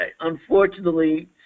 unfortunately